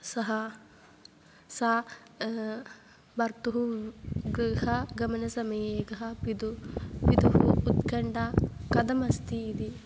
सः सा वधोः गृहगमनसमये गः पितुः पितुः उत्कण्ठा कथमस्ति इति